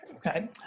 Okay